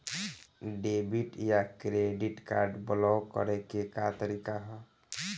Debit या credit card block करे के का तरीका ह?